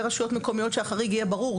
רשויות מקומיות ושהחריג גם יהיה ברור,